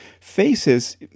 faces